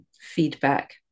feedback